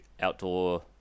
outdoor